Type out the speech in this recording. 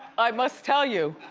i must tell you.